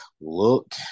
look